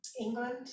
England